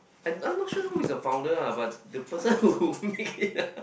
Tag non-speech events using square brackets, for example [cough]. I I'm not sure who is the founder ah but the person who make it [laughs] ah